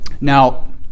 Now